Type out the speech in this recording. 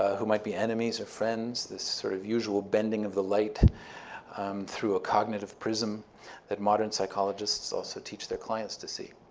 who might be enemies of friends, the sort of usual bending of the light through a cognitive prism that modern psychologists also teach their clients to see,